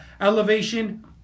elevation